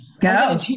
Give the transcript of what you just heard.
Go